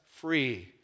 free